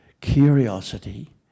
curiosity